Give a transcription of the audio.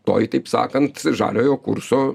toj taip sakant žaliojo kurso